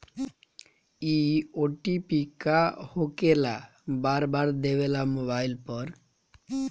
इ ओ.टी.पी का होकेला बार बार देवेला मोबाइल पर?